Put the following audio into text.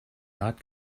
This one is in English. not